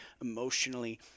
emotionally